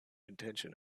intention